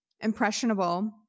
Impressionable